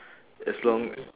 as long